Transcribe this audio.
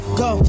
go